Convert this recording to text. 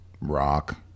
rock